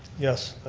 yes,